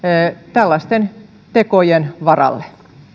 tällaisten tekojen varalle